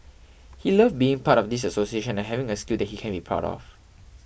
he loved being part of this association and having a skill that he can be proud of